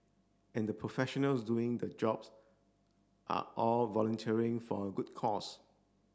and the professionals doing the jobs are all volunteering for a good cause